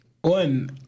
one